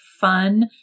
fun